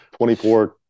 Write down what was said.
24